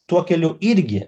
tuo keliu irgi